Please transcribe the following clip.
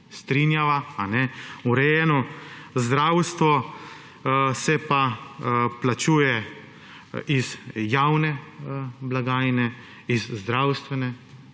strinjava. Urejeno zdravstvo se pa plačuje iz javne blagajne, iz zdravstvene